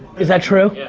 is that true? yeah.